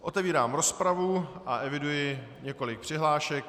Otevírám rozpravu a eviduji několik přihlášek.